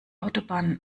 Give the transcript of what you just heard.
autobahn